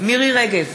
מירי רגב,